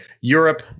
Europe